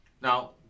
Now